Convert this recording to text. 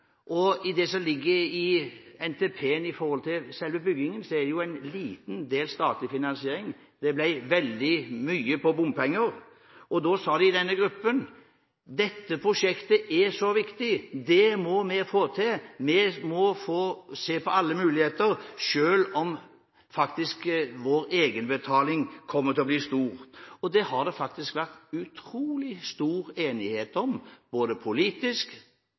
det gjelder selve byggingen, er en liten del statlig finansiering, og det ble veldig mye som skulle finansieres med bompenger. Da sa de i denne gruppen: Dette prosjektet er så viktig. Dette må vi få til, og vi må se på alle muligheter, selv om vår egenbetaling faktisk kommer til å bli stor. Og det har det faktisk vært utrolig stor enighet om, både politisk